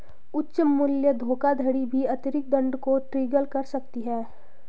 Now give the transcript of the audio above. उच्च मूल्य धोखाधड़ी भी अतिरिक्त दंड को ट्रिगर कर सकती है